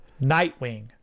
nightwing